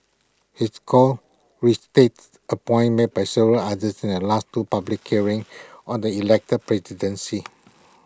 his call restates A point made by several others at last two public hearings on the elected presidency